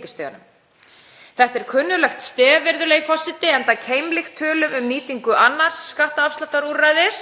Þetta er kunnuglegt stef, virðulegi forseti, enda keimlíkt tölum um nýtingu annars skattafsláttarúrræðis.